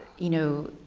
you know,